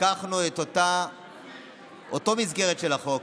לקחנו את אותה מסגרת של החוק,